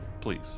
Please